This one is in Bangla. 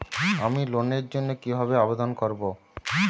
আমি লোনের জন্য কিভাবে আবেদন করব?